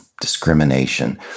discrimination